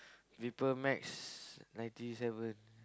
viper max ninety seven